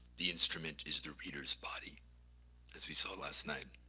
the instrument is the reader's body as we saw last night.